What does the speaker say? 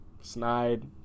Snide